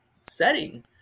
setting